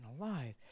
alive